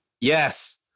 Yes